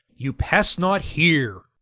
you pass not here.